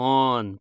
on